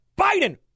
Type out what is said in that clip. biden